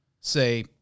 say